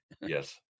Yes